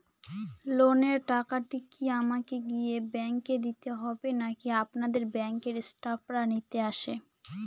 লোনের টাকাটি কি আমাকে গিয়ে ব্যাংক এ দিতে হবে নাকি আপনাদের ব্যাংক এর স্টাফরা নিতে আসে?